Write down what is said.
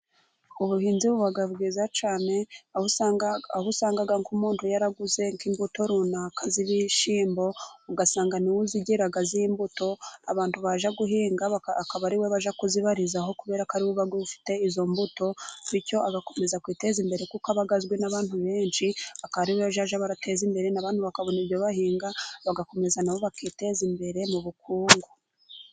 Ubuhinzi bubaga bwiza cyane aho usanga aho usanga umuntu yaraguze nk imbuto runaka z'ibishyimbo ugasanga niwo uzira izo imbuto abantu baje guhinga akaba ariwe baje kuzibariza aho kubera ko ari buba bufite izo mbuto bityo agakomeza kwiteza imbere kuko abagazwi n'abantu benshi akaba ariwe bazajya bateza imbere abantu bakabona ibyo bahinga bagakomeza nabo bakiteza imbere mu bukungu.